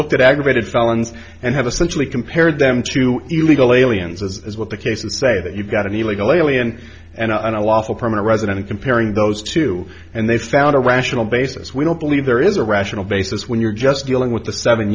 looked at aggravated felons and have essentially compared them to illegal aliens as what the cases say that you've got an illegal alien and on a lawful permanent resident comparing those two and they found a rational basis we don't believe there is a rational basis when you're just dealing with the seven